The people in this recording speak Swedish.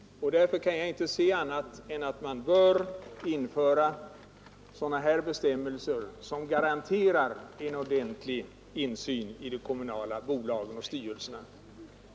Därför kan jag inte se annat än att man bör införa sådana här bestämmelser som garanterar en ordentlig insyn i de kommunala bolagen och styrelserna.